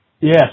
Yes